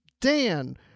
Dan